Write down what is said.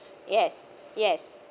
yes yes